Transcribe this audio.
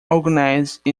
organized